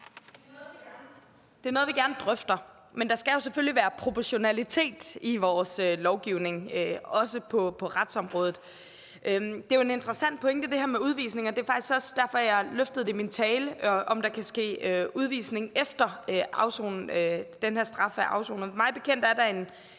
Det er noget, vi gerne drøfter, men der skal jo selvfølgelig være proportionalitet i vores lovgivning, også på retsområdet. Det her med udvisning er jo en interessant pointe. Det var faktisk også derfor, at jeg løftede i min tale, hvorvidt der kan ske udvisning, efter at den her straf er afsonet.